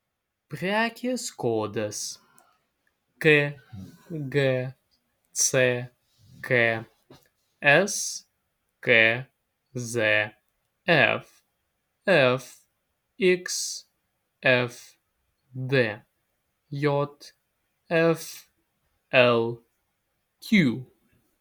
prekės kodas kgck skzf fxfd jflq